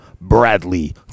Bradley